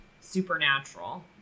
Supernatural